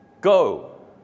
Go